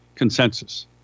consensus